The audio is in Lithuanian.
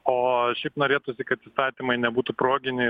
o šiaip norėtųsi kad įstatymai nebūtų proginiai